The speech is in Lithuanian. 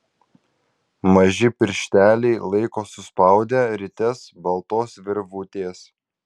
maži piršteliai laiko suspaudę rites baltos virvutės